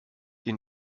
ihn